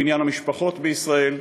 בניין המשפחות בישראל,